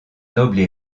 nobles